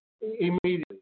immediately